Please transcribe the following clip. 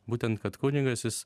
būtent kad kunigas jis